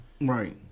Right